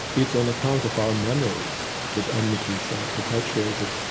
it's on account of our memories that enmities are perpetuated.